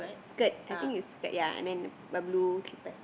skirt I think is skirt ya and then blue skirt